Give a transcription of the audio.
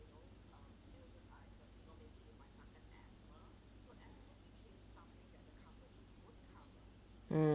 mm